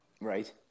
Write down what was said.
Right